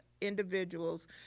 individuals